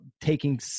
taking